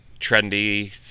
trendy